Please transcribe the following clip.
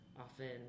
often